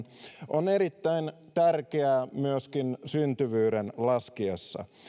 on erittäin tärkeää myöskin syntyvyyden laskiessa